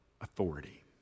authority